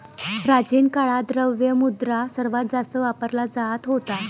प्राचीन काळात, द्रव्य मुद्रा सर्वात जास्त वापरला जात होता